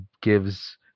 gives